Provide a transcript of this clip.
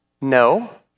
No